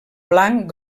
blanc